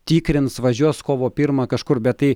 tikrins važiuos kovo pirmą kažkur bet tai